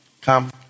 Come